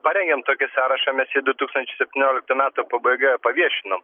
parengėm tokį sąrašą mes jį du tūkstančiai septynioliktų metų pabaigoje paviešinom